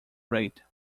rate